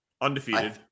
undefeated